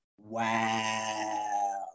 Wow